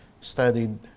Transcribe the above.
studied